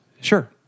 Sure